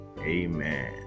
Amen